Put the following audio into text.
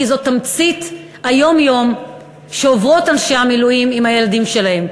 כי זאת תמצית היום-יום שעוברות נשות המילואים עם הילדים שלהן.